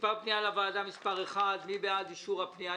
מספר פנייה לוועדה: 1. מי בעד אישור הפנייה,